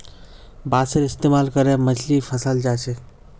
बांसेर इस्तमाल करे मछली फंसाल जा छेक